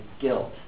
guilt